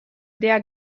der